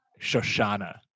Shoshana